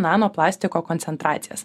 nano plastiko koncentracijas